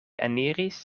eniris